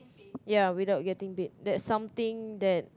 ya without getting paid that's something that